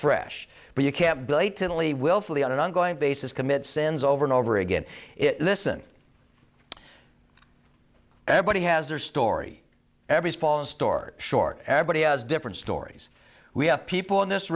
fresh but you can't blatantly willfully on an ongoing basis commit sins over and over again it listen everybody has their story every story short everybody has different stories we have people in this